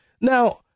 Now